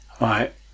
Right